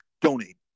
donate